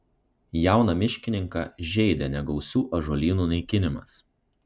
jauną miškininką žeidė negausių ąžuolynų naikinimas